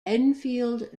enfield